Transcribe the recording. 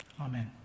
Amen